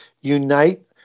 unite